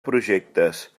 projectes